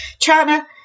China